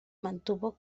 mantuvo